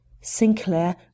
Sinclair